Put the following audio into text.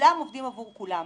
וכולם עובדים עבור כולם.